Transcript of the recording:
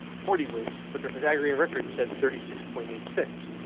forty wins, but their pythagorean record said thirty six point eight six